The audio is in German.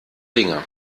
dinge